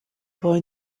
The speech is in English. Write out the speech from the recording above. boy